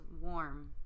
warm